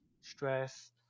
stress